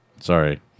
Sorry